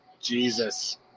Jesus